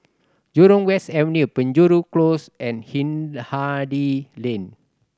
Jurong West Avenue Penjuru Close and Hindhede Lane